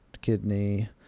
kidney